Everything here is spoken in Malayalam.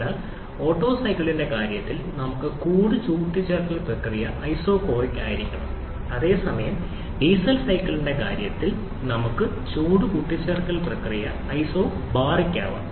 അതിനാൽ ഓട്ടോ സൈക്കിളിന്റെ കാര്യത്തിൽ നമുക്ക് ചൂട് കൂട്ടിച്ചേർക്കൽ പ്രക്രിയ ഐസോകോറിക് ആയിരിക്കണം അതേസമയം ഡീസൽ സൈക്കിളിന്റെ കാര്യത്തിൽ നമുക്ക് ചൂട് ചേർക്കൽ പ്രക്രിയ ഐസോബറിക് ആകാം